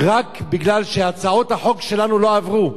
רק מפני שהצעות החוק שלנו לא עברו.